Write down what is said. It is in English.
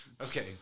Okay